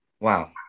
Wow